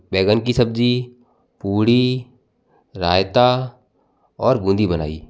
बैंगन की सब्ज़ी पूड़ी रायता और बूंदी बनाई